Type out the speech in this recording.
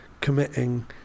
committing